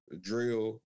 drill